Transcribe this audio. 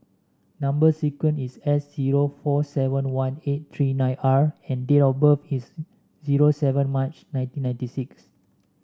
number sequence is S zero four seven one eight three nine R and date of birth is zero seven March nineteen ninety six